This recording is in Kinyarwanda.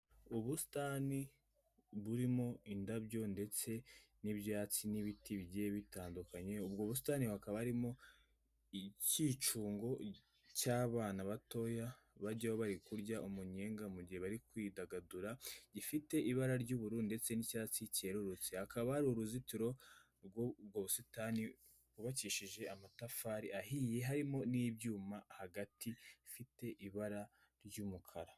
Ubusitani burimo indabyo ndetse n'ibyatsi n'ibiti bigiye bitandukanye, ubwo busitani hakaba harimo ikicungo cy'abana batoya bajyaho bari kurya umunyenga mu gihe bari kwidagadura, gifite ibara ry'uburu ndetse n'icyatsi kerurutse, hakaba hari uruzitiro rw'ubwo busitani rwubakishije amatafari ahiye, harimo n'ibyuma hagati ifite ibara ry'umukara.